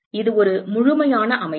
இது ஒரு முழுமையான அமைப்பு